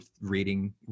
reading